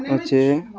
ଅଛେ